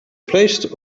placed